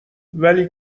ولی